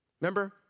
Remember